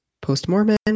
post-Mormon